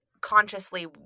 consciously